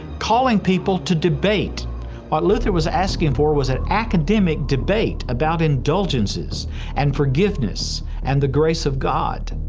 calling people to debate. what luther was asking for was an academic debate about indulgences and forgiveness and the grace of god.